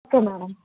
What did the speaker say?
okay madam